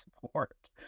support